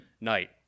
night